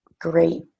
great